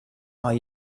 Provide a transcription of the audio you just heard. are